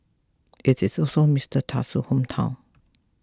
it is also Mister Tusk's hometown